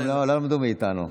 הם לא למדו מאיתנו.